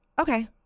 Okay